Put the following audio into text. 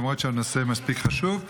למרות שהנושא מספיק חשוב,